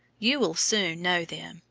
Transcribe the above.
you will soon know them,